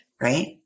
right